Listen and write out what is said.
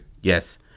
Yes